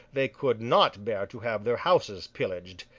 they could not bear to have their houses pillaged.